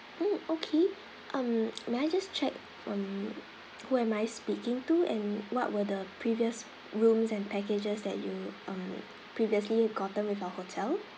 mm okay um may I just check on who am I speaking to and what were the previous rooms and packages that you um previously gotten with our hotel